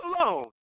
alone